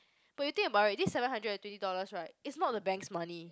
but you think about it this seven hundred and twenty dollars right is not the banks money